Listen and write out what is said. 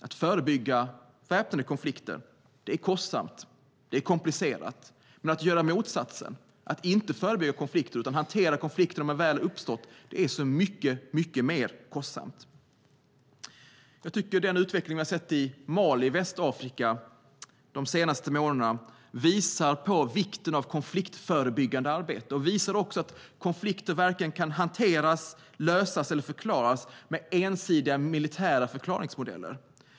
Att förebygga väpnade konflikter är kostsamt och komplicerat, men att inte förebygga konflikter utan hantera dem när de har uppstått är mycket mer kostsamt. Den utveckling som vi har sett i Mali i Västafrika de senaste månaderna visar på vikten av konfliktförebyggande arbete. Det visar också att konflikter inte kan hanteras, lösas eller förklaras med ensidiga militära förklaringsmodeller.